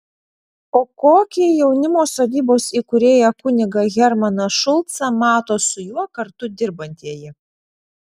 o kokį jaunimo sodybos įkūrėją kunigą hermaną šulcą mato su juo kartu dirbantieji